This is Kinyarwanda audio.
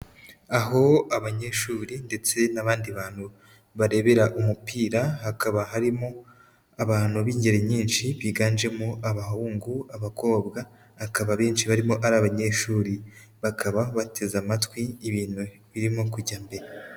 Aho abanyeshuri ndetse n'abandi bantu barebera umupira hakaba harimo abantu b'ingeri nyinshi biganjemo: abahungu, abakobwa, akaba benshi barimo ari abanyeshuri bakaba bateze amatwi ibintu birimo kujya mbere.